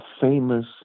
famous